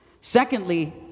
Secondly